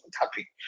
happy